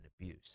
abuse